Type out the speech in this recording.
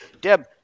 Deb